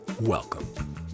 welcome